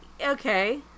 Okay